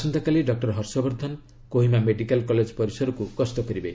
ଆସନ୍ତାକାଲି doctor Harshvardhan Kohima medical college ପରିସରକୁ ଗସ୍ତ କରିବେ